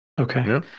Okay